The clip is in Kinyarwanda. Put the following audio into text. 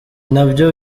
nabyo